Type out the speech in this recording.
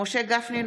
משה גפני,